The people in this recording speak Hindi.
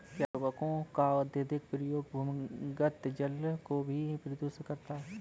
क्या उर्वरकों का अत्यधिक प्रयोग भूमिगत जल को भी प्रदूषित करता है?